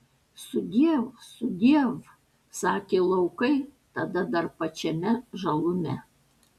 sudiev sudiev sakė laukai tada dar pačiame žalume